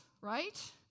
right